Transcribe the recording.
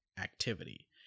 activity